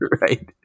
Right